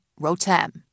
Rotem